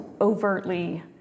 overtly